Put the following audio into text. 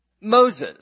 Moses